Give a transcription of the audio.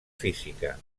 física